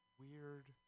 weird